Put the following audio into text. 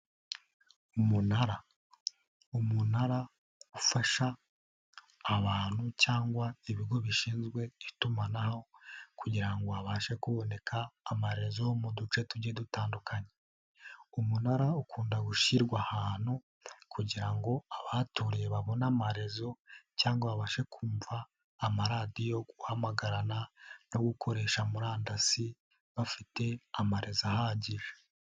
Umunara, umunara ufasha abantu cyangwa ibigo bishinzwe itumanaho kugira ngo babashe kuboneka amaherezo mu duce tujye dutandukanye. Umunara ukunda gushyirwa ahantu kugira ngo abahaturiye babone amarezo cyangwa babashe kumva amaradiyo, guhamagarana no gukoresha murandasi bafite amarezo ahagije.